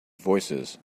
voicesand